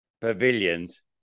pavilions